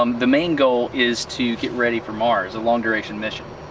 um the main goal is to get ready for mars, a long duration mission,